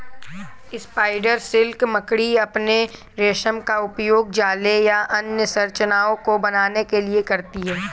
spider silk मकड़ी अपने रेशम का उपयोग जाले या अन्य संरचनाओं को बनाने के लिए करती हैं